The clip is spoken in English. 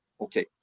Okay